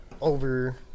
over